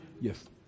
Yes